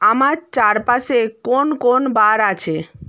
আমার চারপাশে কোন কোন বার আছে